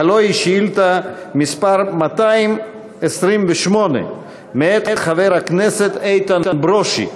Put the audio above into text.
הלוא היא שאילתה מס' 228 מאת חבר הכנסת איתן ברושי.